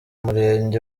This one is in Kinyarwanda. murenge